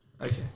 Okay